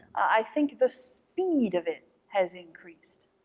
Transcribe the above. i think the speed of it has increased,